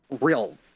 real